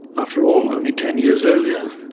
after all, only ten years earlier,